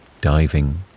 diving